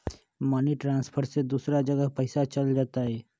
Money transfer से दूसरा जगह पईसा चलतई?